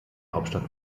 hauptstadt